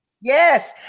Yes